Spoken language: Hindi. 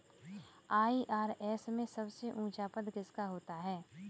आई.आर.एस में सबसे ऊंचा पद किसका होता है?